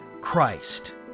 Christ